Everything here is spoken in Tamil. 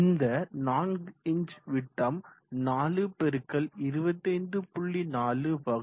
இந்த 4 இன்ச் விட்டம் 4 x 25